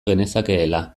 genezakeela